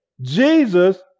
Jesus